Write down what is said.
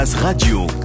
Radio